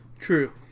True